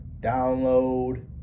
download